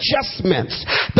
adjustments